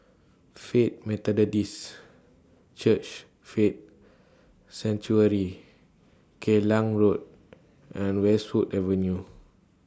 Faith Methodist Church Faith Sanctuary Geylang Road and Westwood Avenue